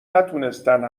نتونستن